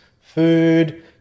food